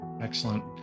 Excellent